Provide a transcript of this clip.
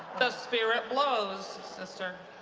the spirit blows, sister.